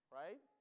right